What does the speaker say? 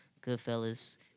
Goodfellas